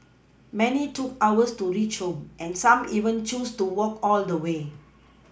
many took hours to reach home and some even chose to walk all the way